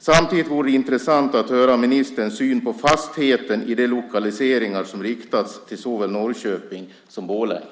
Samtidigt vore det intressant att höra ministerns syn på fastheten i de lokaliseringar som riktats till såväl Norrköping som Borlänge.